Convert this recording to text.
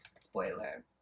Spoiler